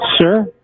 Sure